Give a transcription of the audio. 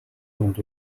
дунд